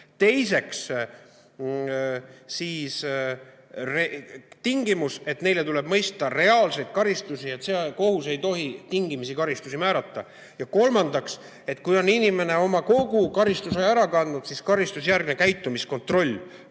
Teiseks, tingimus, et neile tuleb mõista reaalseid karistusi, kohus ei tohi tingimisi karistusi määrata. Ja kolmandaks, kui on inimene kogu oma karistuse ära kandnud, siis karistusjärgne käitumiskontroll